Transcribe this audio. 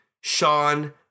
Sean